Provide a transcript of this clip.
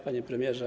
Panie Premierze!